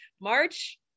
March